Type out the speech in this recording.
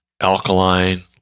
alkaline